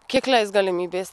kiek leis galimybės